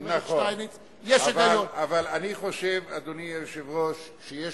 משום שאשתו תלויה בקרן להשתלמות שופטים,